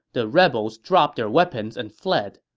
the rebels dropped their weapons and fled.